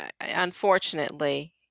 Unfortunately